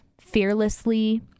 fearlessly